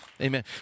amen